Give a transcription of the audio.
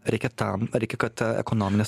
reikia tam reikia kad ekonominės